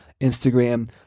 Instagram